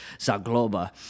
Zagloba